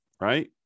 right